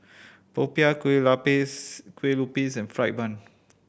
popiah kue kue lupis and fried bun